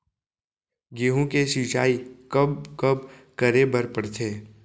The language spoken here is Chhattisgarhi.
गेहूँ के सिंचाई कब कब करे बर पड़थे?